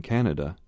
Canada